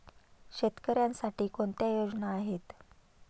शेतकऱ्यांसाठी कोणत्या योजना आहेत?